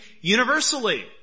universally